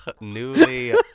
Newly